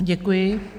Děkuji.